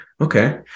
Okay